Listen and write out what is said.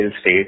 state